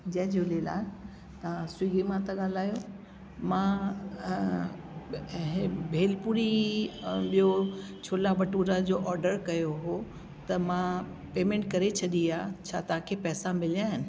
जय झूलेलाल तव्हां स्विगीअ मां ता ॻाल्हायो मां भेल पुड़ी ऐं ॿियो छोला भटूरा जो ऑडर कयो हुओ त मां पेमेंट करे छॾी आहे छा तव्हांखे पैसा मिलिया आहिनि